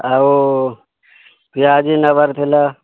ଆଉ ପିଆଜି ନେବାର ଥିଲା